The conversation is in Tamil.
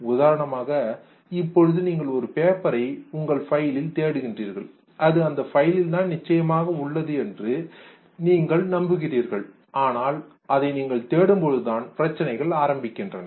உதாரணமாக இப்பொழுது நீங்கள் ஒரு பேப்பரை உங்கள் பைலில் தேடுகின்றீர்கள் அது அந்தப் பைலில் தான் நிச்சயமாக உள்ளது என்று நீங்கள் நம்புகிறீர்கள் ஆனால் அதை நீங்கள் தேடும் பொழுது தான் பிரச்சினைகள் ஆரம்பிக்கின்றன